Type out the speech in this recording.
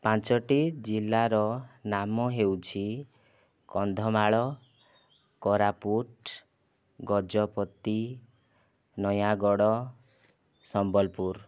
ପାଞ୍ଚୋଟି ଜିଲ୍ଲାର ନାମ ହେଉଛି କନ୍ଧମାଳ କୋରାପୁଟ ଗଜପତି ନୟାଗଡ଼ ସମ୍ବଲପୁର